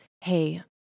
Hey